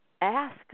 ask